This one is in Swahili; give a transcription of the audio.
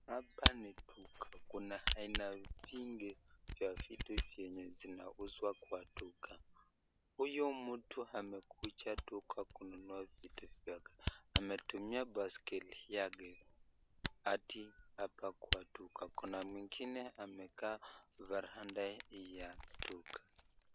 Hapa ni duka kuna aina vingi vya vitu vyenye zinauzwa kwa duka, huyu mtu amekuja duka kununua vitu vyake. Ametumia baskeli yake hadi hapa kwa duka kuna amekaa varanda ya duka.